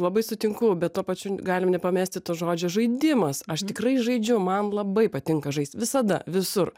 labai sutinku bet tuo pačiu galim nepamesti to žodžio žaidimas aš tikrai žaidžiu man labai patinka žaist visada visur